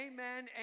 Amen